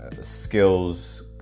skills